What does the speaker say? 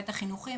בהיבט החינוכי,